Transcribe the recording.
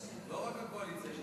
לא רק הקואליציה.